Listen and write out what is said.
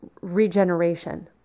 regeneration